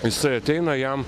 jisai ateina jam